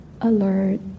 alert